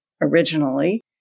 originally